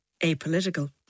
apolitical